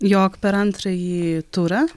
jog per antrąjį turą